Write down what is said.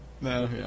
No